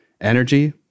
Energy